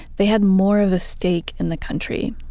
they had more of a stake in the country.